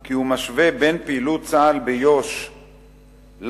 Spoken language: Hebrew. כי הוא משווה בין פעילות צה"ל ביו"ש לשואה,